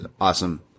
awesome